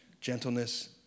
gentleness